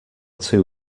two